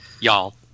y'all